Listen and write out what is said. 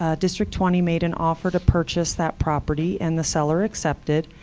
ah district twenty made an offer to purchase that property, and the seller accepted.